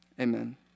Amen